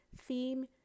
theme